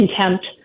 contempt